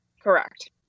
Correct